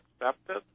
accepted